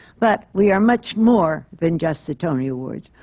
but we are much more than just the tony awards.